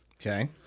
okay